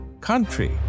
country